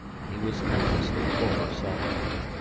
and he was helplessly full of salt water.